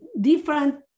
different